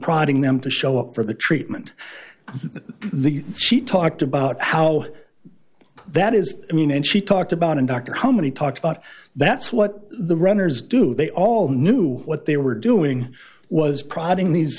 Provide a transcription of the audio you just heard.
prodding them to show up for the treatment the she talked about how that is i mean and she talked about in dr how many talked about that's what the runners do they all knew what they were doing was prodding these